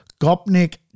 Gopnik